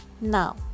now